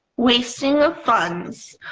wasting of funds!